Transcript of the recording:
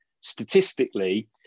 statistically